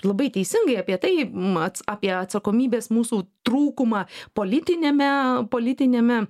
labai teisingai apie tai mats apie atsakomybės mūsų trūkumą politiniame politiniame